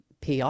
PR